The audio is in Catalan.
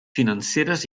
financeres